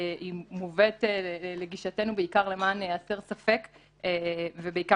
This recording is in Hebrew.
היא מובאת לגישתנו בעיקר למען הסר ספק ובעיקר